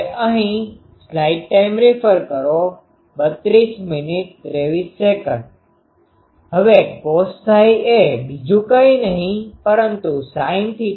હવે cosΨ એ બીજું કઈ નહિ પરંતુ sinθcosΦ છે